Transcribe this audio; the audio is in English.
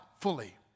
fully